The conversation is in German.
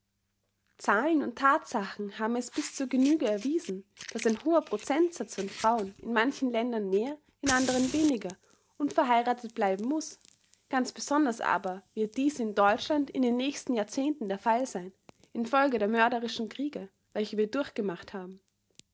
zahlen und thatsachen haben es bis zur genüge erwiesen daß ein hoher procentsatz von frauen in manchen ländern mehr in andern weniger unverheirathet bleiben muß ganz besonders aber wird dies in deutschland in den nächsten jahrzehnten der fall sein in folge der mörderischen kriege welche wir durchgemacht haben